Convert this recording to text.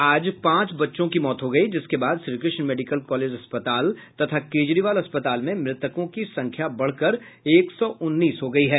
आज पांच बच्चों की मौत हो गयी जिसके बाद श्रीकृष्ण मेडिकल कॉलेज अस्पताल तथा केजरीवाल अस्पताल में मृतकों की संख्या बढ़कर एक सौ उन्नीस हो गयी है